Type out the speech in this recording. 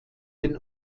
den